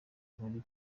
bari